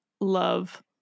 love